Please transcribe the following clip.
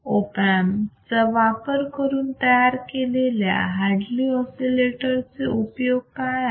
op amp चा वापर करून तयार केलेल्या हार्टली ऑसिलेटर चे उपयोग काय आहेत